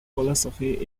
philosophy